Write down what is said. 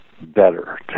better